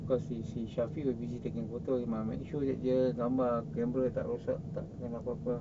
cause you see shafie will busy taking photo you must make sure that dia gambar camera tak rosak tak kena apa-apa